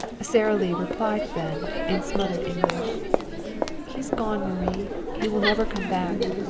sara lee replied, then, in smothered english he is gone, marie. he will never come back.